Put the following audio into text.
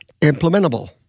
implementable